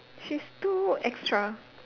she's too extra